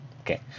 Okay